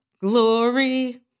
glory